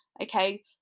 okay